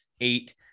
eight